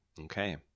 Okay